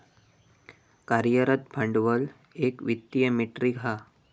कार्यरत भांडवल एक वित्तीय मेट्रीक हा